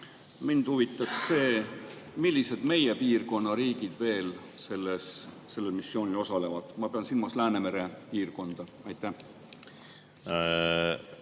Mind huvitab see, millised meie piirkonna riigid veel sellel missioonil osalevad. Ma pean silmas Läänemere piirkonda. Aitäh,